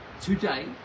today